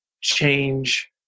change